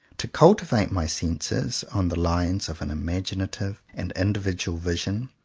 to cultivate my senses, on the lines of an imagi native and individual vision,